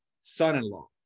son-in-law